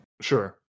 Sure